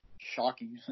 shocking